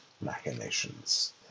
machinations